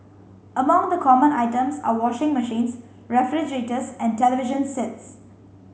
among the common items are washing machines refrigerators and television sets